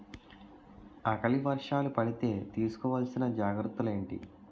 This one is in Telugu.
ఆకలి వర్షాలు పడితే తీస్కో వలసిన జాగ్రత్తలు ఏంటి?